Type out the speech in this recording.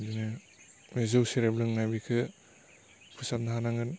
बिदिनो जौ सेरेब लोंनाय बेखौ फोसाबनो हानांगोन